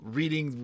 reading